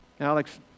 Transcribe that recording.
Alex